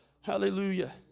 Hallelujah